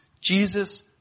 Jesus